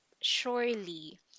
surely